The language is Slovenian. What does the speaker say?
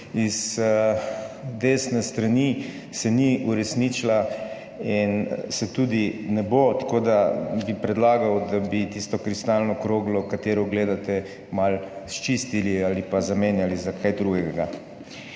iz desne strani, se ni uresničila in se tudi ne bo, tako da bi predlagal, da bi tisto kristalno kroglo katero gledate, malo sčistili ali pa zamenjali za kaj drugega.